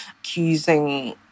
accusing